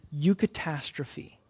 eucatastrophe